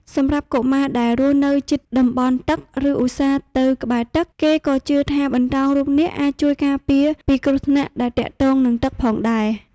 សម្រាប់កុមារដែលរស់នៅជិតតំបន់ទឹក ឬឧស្សាហ៍ទៅក្បែរទឹក គេក៏ជឿថាបន្តោងរូបនាគអាចជួយការពារពីគ្រោះថ្នាក់ដែលទាក់ទងនឹងទឹកផងដែរ។